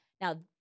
Now